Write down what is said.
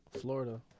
Florida